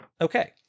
Okay